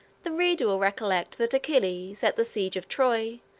the reader will recollect that achilles, at the siege of troy,